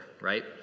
right